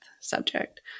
subject